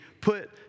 put